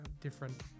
different